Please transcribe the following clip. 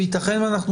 וייתכן שאנחנו